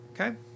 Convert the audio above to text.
Okay